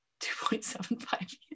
2.75